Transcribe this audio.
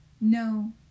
No